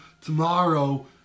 tomorrow